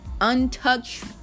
untouched